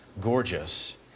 gorgeous